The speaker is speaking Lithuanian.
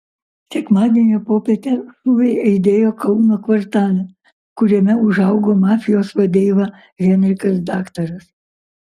sekmadienio popietę šūviai aidėjo kauno kvartale kuriame užaugo mafijos vadeiva henrikas daktaras